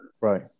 Right